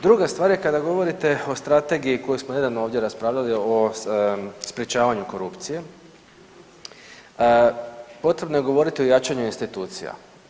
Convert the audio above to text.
Druga stvar je kada govorite o strategiji koju smo nedavno ovdje raspravljali o sprječavanju korupcije, potrebno je govoriti o jačanju institucija.